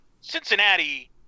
Cincinnati